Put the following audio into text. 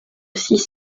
six